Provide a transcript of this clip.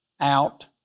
out